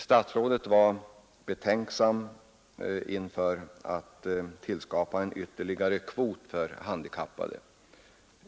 Statsrådet var betänksam inför att tillskapa en ytterligare kvot för handikappade.